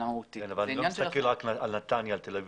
אתה לא מסתכל רק על נתניה ועל תל אביב.